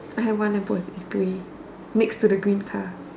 I have one I suppose its grey next to the green car